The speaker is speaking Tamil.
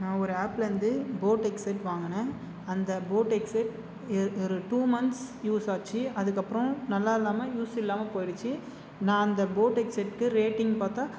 நான் ஒரு ஆப்லேருந்து போட் ஹெட்செட் வாங்கினேன் அந்த போட் ஹெட்செட் ஒரு டூ மந்த்ஸ் யூஸ் ஆச்சு அதுக்கப்பபுறம் நல்லா இல்லாமல் யூஸ் இல்லாமல் போயிடுச்சு நான் அந்த போட் ஹெட்செட்க்கு ரேட்டிங் பார்த்தா